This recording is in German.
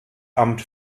amt